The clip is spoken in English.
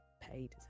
paid